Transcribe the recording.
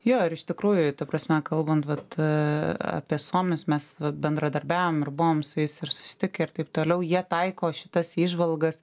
jo ir iš tikrųjų ta prasme kalbant vat apie suomius mes va bendradarbiavom ir buvom su jais ir susitikę ir taip toliau jie taiko šitas įžvalgas